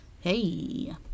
Hey